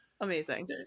amazing